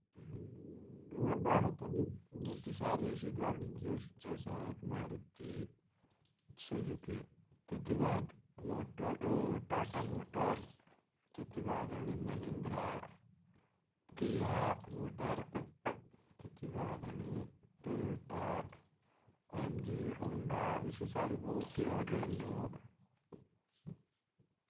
Alto. Kia Motors. Toyota India. Honda Maruti. Suzuki. और भी कई होती ह।